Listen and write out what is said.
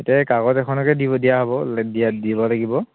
এতিয়া কাগজ এখনকে দিব দিয়া হ'ব দিয়া দিব লাগিব